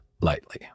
lightly